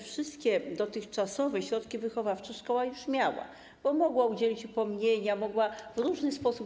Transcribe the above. Wszystkie dotychczasowe środki wychowawcze szkoła już miała, bo mogła udzielić upomnienia, mogła działać w różny sposób.